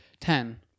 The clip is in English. ten